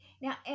now